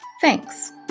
Thanks